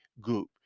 group